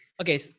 okay